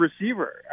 receiver